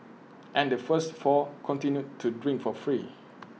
and the first four continued to drink for free